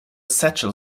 satchel